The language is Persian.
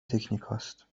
تکنیکهاست